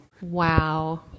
Wow